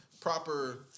proper